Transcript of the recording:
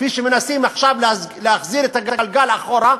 כפי שמנסים עכשיו להחזיר את הגלגל אחורה,